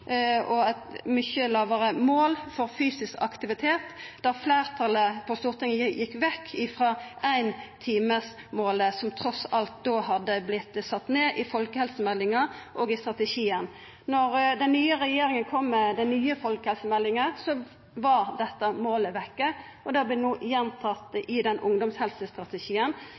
òg eit mykje lågare nivå og eit mykje lågare mål for fysisk aktivitet – fleirtalet på Stortinget gjekk vekk frå eintimesmålet, som trass alt hadde vorte sett ned i folkehelsemeldinga og i strategien. Då den nye regjeringa kom med den nye folkehelsemeldinga, var dette målet vekk, og det vert no gjentatt i ungdomshelsestrategien.